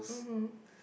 mmhmm